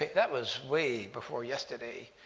that was way before yesterday!